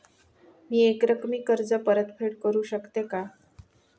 मी एकरकमी कर्ज परतफेड करू शकते का?